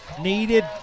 Needed